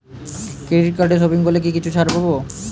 Credit কার্ডে shopping করলে কি কিছু ছাড় পাব?